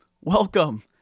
Welcome